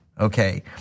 Okay